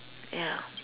ya